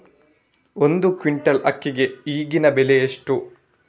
ಒಂದು ಕ್ವಿಂಟಾಲ್ ಅಕ್ಕಿಗೆ ಈಗಿನ ಬೆಲೆ ಎಷ್ಟು?